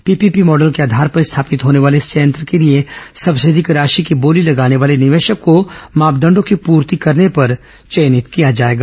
PPP model के आधार पर स्थापित होने वाले इस संयंत्र के लिए सबसे अधिक राशि की बोली लगाने वाले निवेशक को मापदंडों की पूर्ति करने पर चयनित किया जाएगा